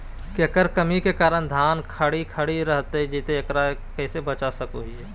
केकर कमी के कारण धान खखड़ी रहतई जा है, एकरा से कैसे बचा सको हियय?